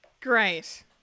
Great